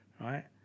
right